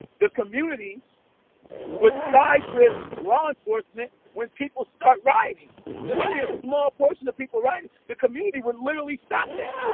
the community would side with law enforcement when people start rioting. there is only a small portion of people writing. the community would literally stop that,